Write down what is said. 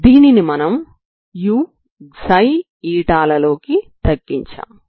దీనిని మనం uξηలలోకి తగ్గించాము